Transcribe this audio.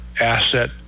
asset